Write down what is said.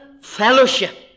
fellowship